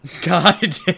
God